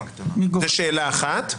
זה שאלה אחת,